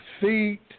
feet